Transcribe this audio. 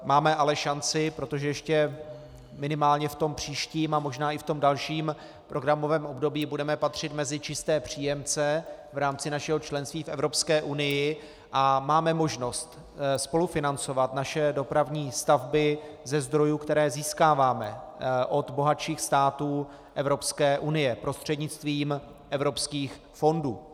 Máme ale šanci, protože ještě minimálně v tom příštím a možná i v dalším programovém období budeme patřit mezi čisté příjemce v rámci našeho členství v Evropské unii a máme možnost spolufinancovat naše dopravní stavby ze zdrojů, které získáváme od bohatších států Evropské unie prostřednictvím evropských fondů.